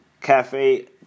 cafe